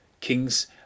kings